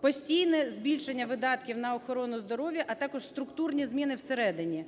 Постійне збільшення видатків на охорону здоров'я, а також структурні зміни всередині.